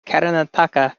karnataka